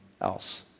else